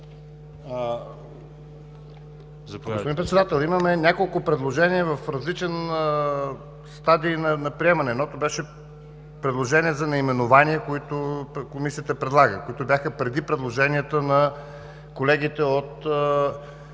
Господин Председател, имаме няколко предложения в различен стадий на приемане. Едното беше предложение за наименования, които Комисията предлага, които бяха преди предложенията на колегите от